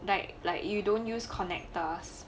like like you don't use connectors